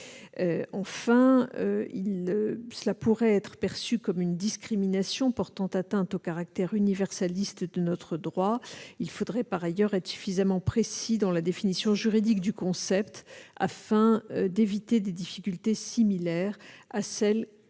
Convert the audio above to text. Enfin, cela pourrait être perçu comme une discrimination portant atteinte au caractère universaliste de notre droit. Il faudrait par ailleurs être suffisamment précis dans la définition juridique du concept, afin d'éviter des difficultés similaires à celles